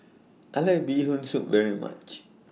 I like Bee Hoon Soup very much